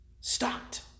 stopped